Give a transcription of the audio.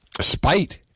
spite